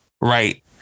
Right